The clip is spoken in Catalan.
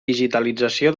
digitalització